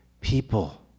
people